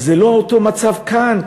אבל זה לא אותו מצב כאן.